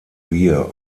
wir